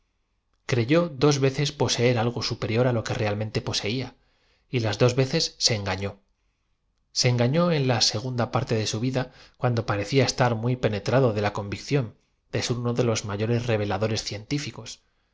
reyó dos ve ces poseer algo superior á lo que realmente poseia y las dos t e c e s se engaftó se eogafló en la segunda parte de su vida cuando parecía estar muy penetra do de la convicción de ser uno de los mayores